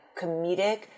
comedic